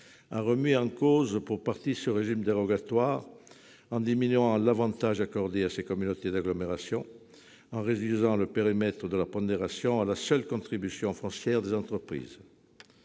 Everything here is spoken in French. a remis en cause pour partie ce régime dérogatoire, en diminuant l'avantage accordé à ces communautés d'agglomération, par la réduction du périmètre de la pondération à la seule cotisation foncière des entreprises.